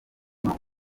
ituma